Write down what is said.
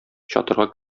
чатырга